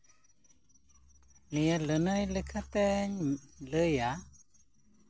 ᱤᱧᱟᱹᱜ ᱞᱟᱹᱱᱟᱹᱭ ᱞᱮᱠᱟᱛᱮᱧ ᱞᱟᱹᱭᱟ